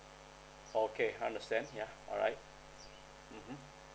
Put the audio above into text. okay I understand yeah alright mmhmm